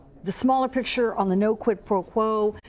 the smaller picture on the no quid pro quo,